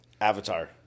Avatar